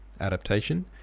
adaptation